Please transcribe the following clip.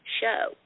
show